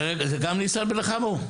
זה גם ניסן בן חמו?